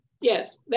Yes